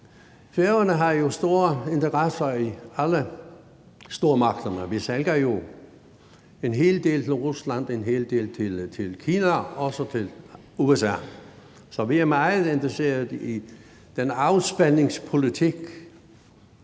Færøerne har jo store interesser i alle stormagterne. Vi sælger jo en hel del til Rusland, en hel del til Kina og også til USA, så vi er meget interesserede i den afspændingspolitik,